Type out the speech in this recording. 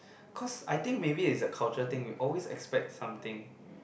cause I think maybe is the culture thing we always expect something